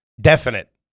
definite